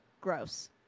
gross